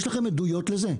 יש לכם עדויות לזה?